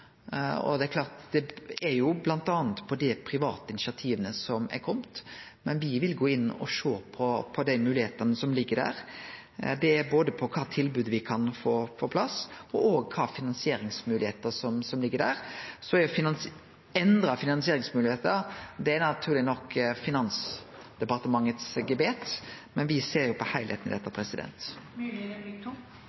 Det handlar bl.a. om dei private initiativa som er komne. Men me vil gå inn og sjå på dei moglegheitene som ligg der, både når det gjeld kva tilbod me kan få på plass, og kva finansieringsmoglegheiter som ligg der. Så er endra finansieringsmoglegheiter naturleg nok Finansdepartementets gebet, men me ser jo på heilskapen i dette.